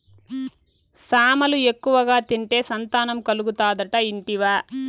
సామలు ఎక్కువగా తింటే సంతానం కలుగుతాదట ఇంటివా